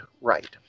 right